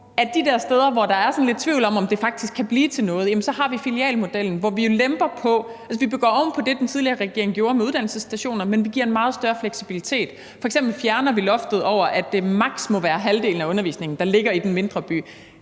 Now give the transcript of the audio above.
for de der steder, hvor der er sådan lidt tvivl om, om det faktisk kan blive til noget, har filialmodellen, hvor vi jo lemper på det. Vi bygger oven på det, den tidligere regering gjorde med uddannelsesstationer, men vi giver en meget større fleksibilitet. Vi fjerner f.eks. loftet over, at det maks. må være halvdelen af undervisningen, der ligger i den mindre by.